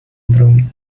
broom